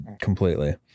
completely